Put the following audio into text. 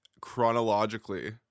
chronologically